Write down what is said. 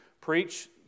preach